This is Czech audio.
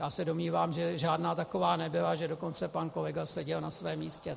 Já se domnívám, že žádná taková nebyla, že dokonce pan kolega seděl na svém místě.